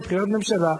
מבחינת ממשלה,